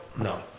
No